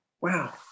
Wow